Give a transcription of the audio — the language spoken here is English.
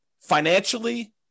financially